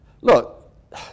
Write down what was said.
Look